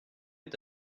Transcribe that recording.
est